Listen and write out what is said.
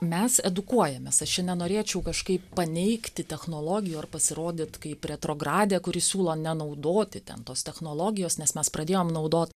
mes edukuojamės aš čia nenorėčiau kažkaip paneigti technologijų ar pasirodyt kaip retrogradė kuri siūlo nenaudoti ten tos technologijos nes mes pradėjom naudot